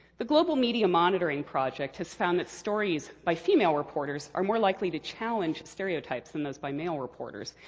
the global media monitoring project has found that stories by female reporters are more likely to challenge stereotypes than those by male reporters.